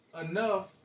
enough